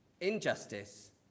injustice